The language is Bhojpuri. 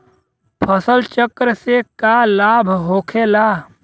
फसल चक्र से का लाभ होखेला?